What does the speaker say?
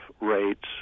rates